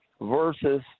versus